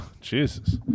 Jesus